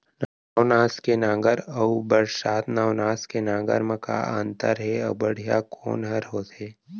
नौ नवनास के नांगर अऊ बरसात नवनास के नांगर मा का अन्तर हे अऊ बढ़िया कोन हर होथे?